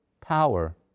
power